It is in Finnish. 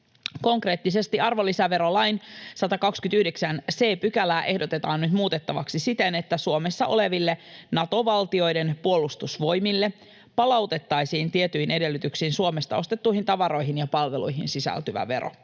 Konkreettisesti arvonlisäverolain 129 c §:ää ehdotetaan nyt muutettavaksi siten, että Suomessa oleville Nato-valtioiden puolustusvoimille palautettaisiin tietyin edellytyksin Suomesta ostettuihin tavaroihin ja palveluihin sisältyvä vero.